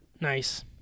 Nice